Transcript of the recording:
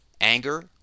anger